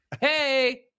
hey